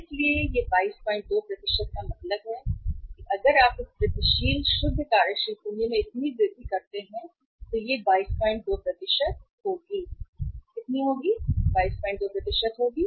इसलिए यह 222 का मतलब है अगर आप इस वृद्धिशील शुद्ध कार्यशील पूंजी में इतना वृध्दि करते हैं शुद्ध कार्यशील पूंजी 222 होगी और 222 222 कितनी होगी